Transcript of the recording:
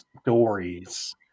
stories